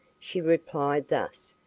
she replied thus,